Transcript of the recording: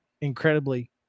incredibly